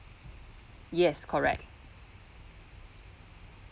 yes correct